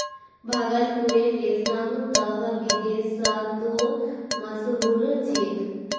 भागलपुरेर रेशम त विदेशतो मशहूर छेक